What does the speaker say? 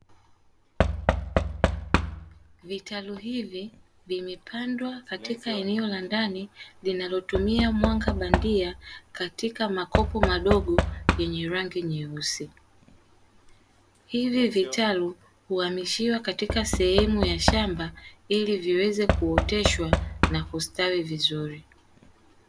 Vitalu hivi vimepandwa katika eneo la ndani, linalotumia mwanga bandia katika makopo madogo yenye rangi nyeusi. Hivi vitalu huhamishiwa katika sehemu ya shamba ili viweze kuoteshwa na kustawi vizuri.